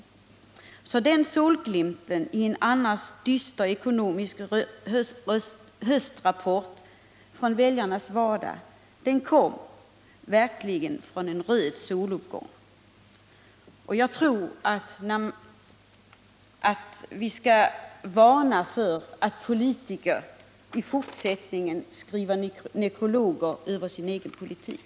Den solglimten i en annars dyster ekonomisk höstrapport från väljarnas vardag kom verkligen från en röd soluppgång. Jag vill varna politiker för att i fortsättningen skriva nekrologer över sin egen politik.